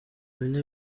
bine